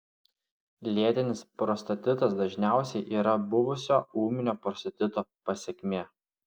lėtinis prostatitas dažniausiai yra buvusio ūminio prostatito pasekmė